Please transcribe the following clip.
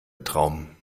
traum